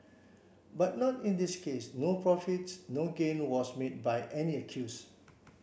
but not in this case no profits no gain was made by any accuse